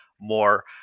more